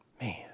man